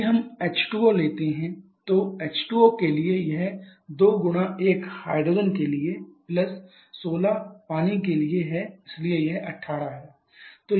यदि हम H2O लेते हैं तो H2O के लिए यह 2 गुणा 1 हाइड्रोजन के लिए16 पानी के लिए है इसलिए यह 18 है